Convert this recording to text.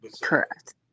Correct